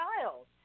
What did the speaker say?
child